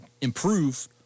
improve